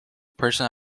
person